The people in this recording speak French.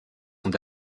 sont